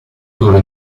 tour